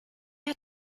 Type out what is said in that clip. hat